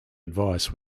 advice